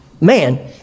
Man